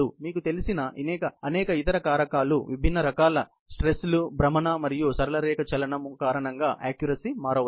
మీకు తెలిసిన అనేక ఇతర కారకాలు విభిన్న రకాల స్ట్రేస్ లు భ్రమణ మరియు సరళ రేఖా చలనము కారణంగా ఆక్క్యురసీ మారవచ్చు